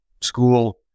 school